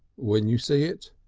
when you see it.